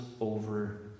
over